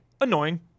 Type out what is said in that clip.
annoying